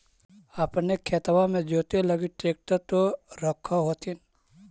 अपने खेतबा मे जोते लगी ट्रेक्टर तो रख होथिन?